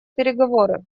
переговоры